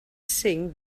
cinc